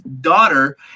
daughter